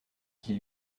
qui